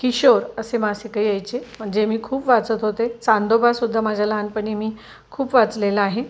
किशोर असे मासिकं यायचे म्हणजे मी खूप वाचत होते चांदोबा सुद्धा माझ्या लहानपणी मी खूप वाचलेला आहे